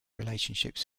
relationships